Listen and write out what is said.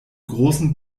großen